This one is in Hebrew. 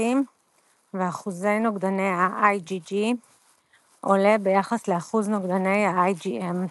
ספציפיים ואחוז נוגדני ה-IgG עולה ביחס לאחוז נוגדני ה-IgM.